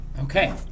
Okay